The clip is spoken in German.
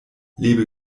lebe